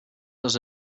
does